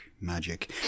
magic